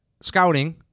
scouting